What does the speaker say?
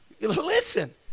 Listen